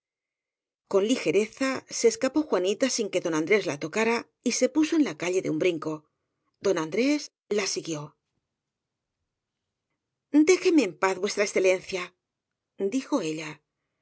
con ligereza se escapó juanita sin que don an drés la tocara y se puso en la calle de un brinco don andrés la siguió déjeme en paz v e dijo ella